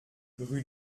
rue